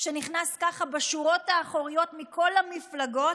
שנכנס ככה בשורות האחוריות מכל המפלגות?